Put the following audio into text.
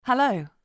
Hello